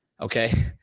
Okay